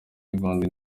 ivanze